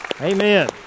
Amen